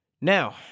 Now